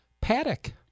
Paddock